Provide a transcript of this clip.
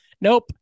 nope